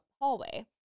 hallway